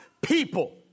people